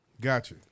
gotcha